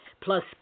plus